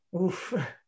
Oof